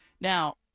Now